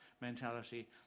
mentality